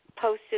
Posted